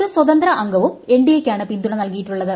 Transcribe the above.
ഒരു സ്വതന്ത്ര അംഗവും എൻഡിഎയ്ക്കാണ് പിന്തുണ നൽകിയിട്ടുള്ളത്